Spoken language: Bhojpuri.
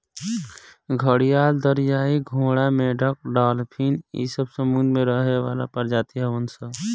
घड़ियाल, दरियाई घोड़ा, मेंढक डालफिन इ सब समुंद्र में रहे वाला प्रजाति हवन सन